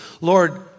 Lord